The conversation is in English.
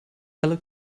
hello